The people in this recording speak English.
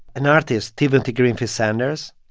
an artist, timothy greenfield-sanders,